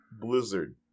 blizzard